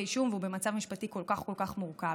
אישום והוא במצב משפטי כל כך כל כך מורכב.